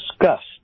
discussed